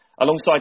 Alongside